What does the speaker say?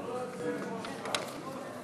בואו נצביע,